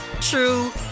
true